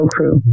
Crew